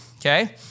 okay